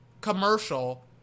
commercial